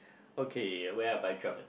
okay where have I